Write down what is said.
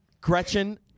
Gretchen